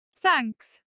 Thanks